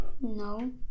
No